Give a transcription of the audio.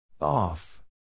Off